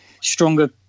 stronger